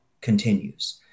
continues